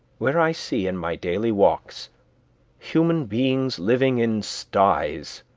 where i see in my daily walks human beings living in sties,